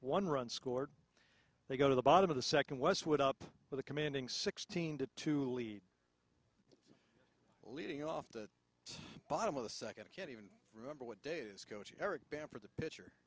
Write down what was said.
one runs scored they go to the bottom of the second westwood up with a commanding sixteen to two lead leading off the bottom of the second i can't even remember what days coach eric bana for the pitcher